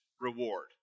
reward